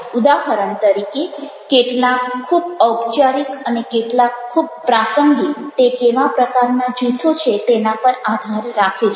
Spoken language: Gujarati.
ઉદાહરણ તરીકે કેટલાક ખૂબ ઔપચારિક અને કેટલાક ખૂબ પ્રાસંગિક તે કેવા પ્રકારના જૂથો છે તેના પર આધાર રાખે છે